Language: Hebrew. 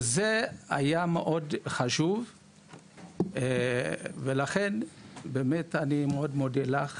זה היה מאוד חשוב ולכן אני מאוד מודה לך,